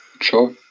Sure